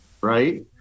Right